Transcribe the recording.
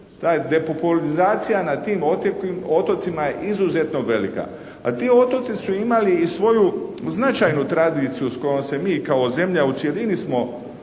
Depopularizacija na tim otocima je izuzetno velika, a ti otoci su imali i svoju značajnu tradiciju s kojom se mi kao zemlja u cjelini smo